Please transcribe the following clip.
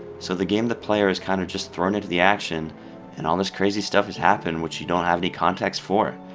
so the game the player is kind of just thrown into the action and all this crazy stuff has happened which you don't have any context for.